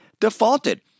defaulted